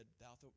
Thou